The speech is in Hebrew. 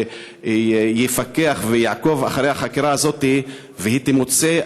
ויפקח ויעקוב אחרי החקירה הזאת והיא תמוצה,